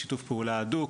שיתוף פעולה הדוק,